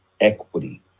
equity